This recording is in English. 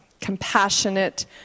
compassionate